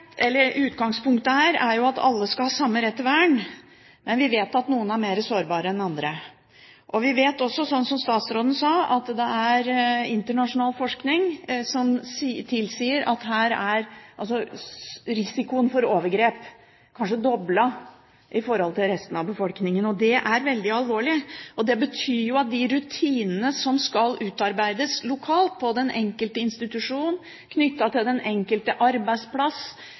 Utgangspunktet her er at alle skal ha samme rett til vern, men vi vet at noen er mer sårbare enn andre. Vi vet også, som statsråden sa, at det er internasjonal forskning som tilsier at risikoen for overgrep her kanskje er doblet i forhold til resten av befolkningen. Det er veldig alvorlig. Det betyr jo at de rutinene som skal utarbeides lokalt, på den enkelte institusjon, knyttet til den enkelte arbeidsplass,